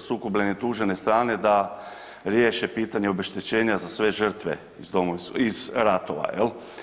sukobljene, tužene strane da riješe pitanje obeštećenja iz ratova jel.